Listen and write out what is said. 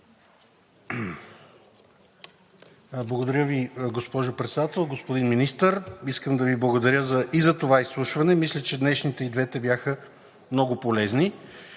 Благодаря Ви, госпожо Председател. Господин Министър, искам да Ви благодаря и за това изслушване – мисля, че днешните, и двете, бяха много полезни.